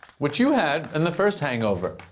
which you had in the first hangover.